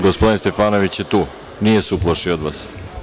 Gospodin Stefanović je tu, nije se uplašio od vas.